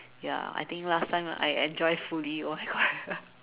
ya I think last time I enjoy fully it was quite